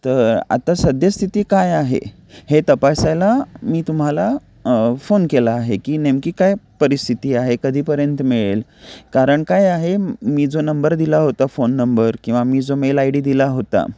तर आता सद्यस्थिती काय आहे हे तपासायला मी तुम्हाला फोन केला आहे की नेमकी काय परिस्थिती आहे कधीपर्यंत मिळेल कारण काय आहे मी जो नंबर दिला होता फोन नंबर किंवा मी जो मेल आय डी दिला होता